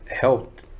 helped